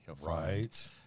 Right